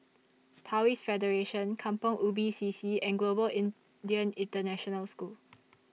Taoist Federation Kampong Ubi C C and Global Indian International School